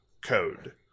code